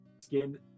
skin